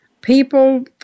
people